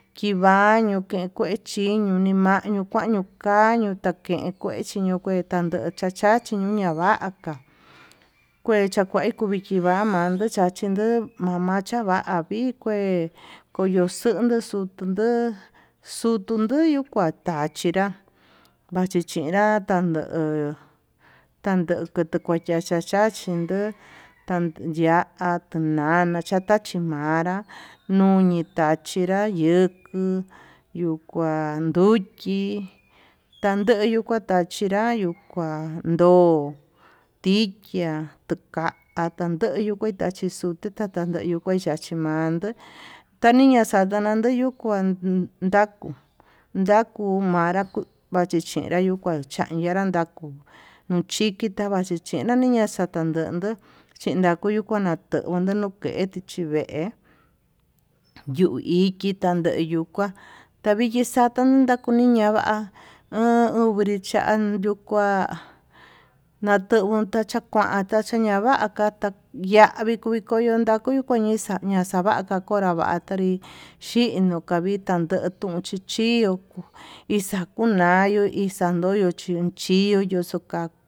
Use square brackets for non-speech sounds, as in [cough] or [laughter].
Kivañunikue chiñio kimañu kuañu ka'a kañuu takue chiño, kue tanducha chachi ñava'a ka'a kue chakua kukuite nama [noise] ma'a duchachi nduu mamachava vii kué, koyoxondo xundu no'o xutunduunuu kua kuachinrá vachin chinra tando'ó tandu kuacha chachachí nduu tanya'a nana xataxhi manrá, nonri tachinra yuku yuu kuan nduchi taneyu kua tachí tachinra yuu kuá ndo'o tikia katandoyo tuu kuache xuti tandoyo kua kuachi ma'a, tando tañii naxa'a nanandeyu kuán ndakuu ndakuu manraku tichenra yuu kuan chaín yanra takuu nuchiki tavachi chiña nukuan, xatandonto chinakuyu kuanatunko noketi chii vee yuu iki tandeyu kuá taviki xata nakuye yanva'a ha uvinricha yuu kuá natuvu nachakuan tachuña'a navata yaí kuu viko yundaku kunixañi, ñaxavata konra vatanrí chindo kavita yuun chunxi chiu ixakunayu ixandoyo tuichí iho yuxuka.